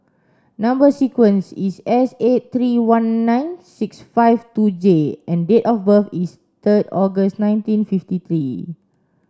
number sequence is S eight three one nine six five two J and date of birth is third August nineteen fifty three